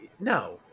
no